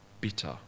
bitter